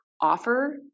offer